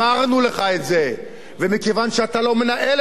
ומכיוון שאתה לא מנהל את משרד האוצר,